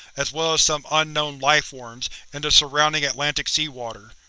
as well as some unknown lifeforms, into surrounding atlantic seawater.